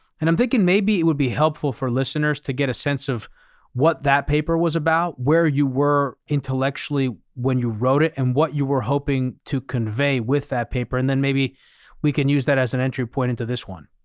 and i'm thinking maybe it would be helpful for listeners to get a sense of what that paper was about, where you were intellectually when you wrote it and what you were hoping to convey with that paper. and then maybe we can use that as an entry point into this one.